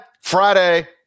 Friday